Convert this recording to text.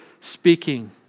speaking